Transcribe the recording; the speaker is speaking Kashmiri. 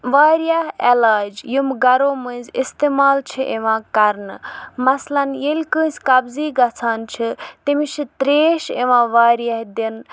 واریاہ علاج یِم گرو مٔنٛزۍ استعمال چھِ یِوان کَرنہٕ مثلاً ییٚلہِ کٲنٛسہِ کَبزی گژھان چھِ تٔمِس چھِ ترٛیش یِوان واریاہ دِنہٕ